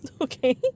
Okay